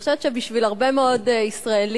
אני חושבת שבשביל הרבה מאוד ישראלים,